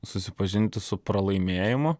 susipažinti su pralaimėjimu